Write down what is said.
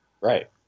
Right